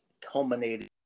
culminating